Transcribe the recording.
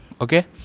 Okay